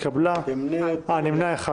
הצבעה בעד, 1 נגד, 7 נמנעים, אין לא אושרה.